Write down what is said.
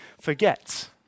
forget